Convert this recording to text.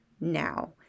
now